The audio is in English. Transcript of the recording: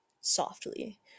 softly